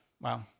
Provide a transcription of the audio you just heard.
Wow